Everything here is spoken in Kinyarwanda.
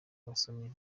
abasomyi